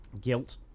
guilt